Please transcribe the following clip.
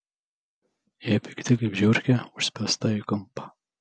jie pikti kaip žiurkė užspęsta į kampą